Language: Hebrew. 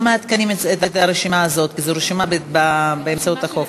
לא מעדכנים את הרשימה הזאת כי זו רשימה באמצעות החוק,